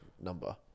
number